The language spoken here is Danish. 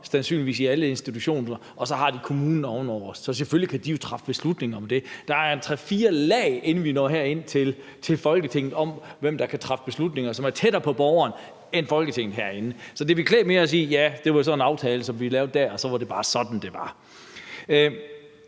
sandsynligvis i alle institutioner større klynger, og så har de kommunen ovenover. Så selvfølgelig kan de jo træffe beslutninger om det. Der er tre-fire lag, inden vi når herind i Folketinget, i forhold til hvem der kan træffe beslutninger, som er tættere på borgeren, end Folketinget er. Så det ville være klædeligt at sige: Ja, det var så en aftale, som vi lavede der, og så var det bare sådan, det var.